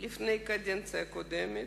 בקדנציה הקודמת,